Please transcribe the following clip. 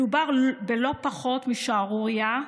מדובר בלא פחות משערורייה,